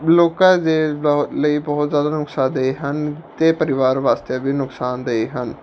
ਲੋਕਾਂ ਦੇ ਲ ਲਈ ਬਹੁਤ ਜ਼ਿਆਦਾ ਨੁਕਸਾਨਦੇਹ ਹਨ ਅਤੇ ਪਰਿਵਾਰ ਵਾਸਤੇ ਵੀ ਨੁਕਸਾਨਦੇਹ ਹਨ